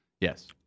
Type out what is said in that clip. Yes